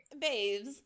Babes